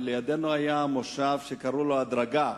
ולידנו היה מושב שקראו לו "בהדרגה".